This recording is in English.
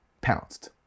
pounced